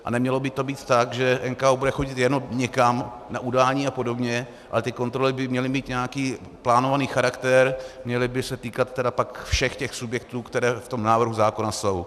A nemělo by to být tak, že NKÚ bude chodit jenom někam na udání a podobně, ale kontroly by měly mít nějaký plánovaný charakter, měly by se týkat tedy všech subjektů, které v návrhu zákona jsou.